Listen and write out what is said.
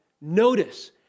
notice